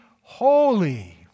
holy